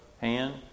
hand